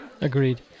Agreed